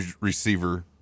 receiver